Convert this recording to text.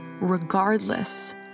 regardless